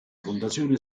fondazione